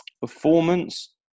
performance